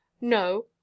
No